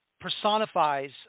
personifies